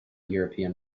european